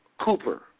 Cooper